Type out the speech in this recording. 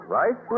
right